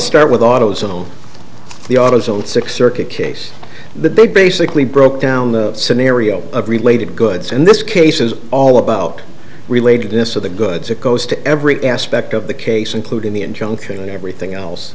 start with autos on the autozone six circuit case the big basically broke down the scenario of related goods in this case is all about relatedness of the goods it goes to every aspect of the case including the injunction and everything else